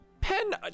Pen